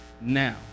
now